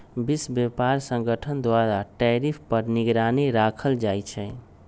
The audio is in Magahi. विश्व व्यापार संगठन द्वारा टैरिफ पर निगरानी राखल जाइ छै